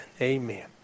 Amen